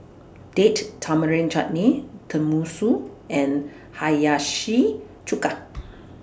Date Tamarind Chutney Tenmusu and Hiyashi Chuka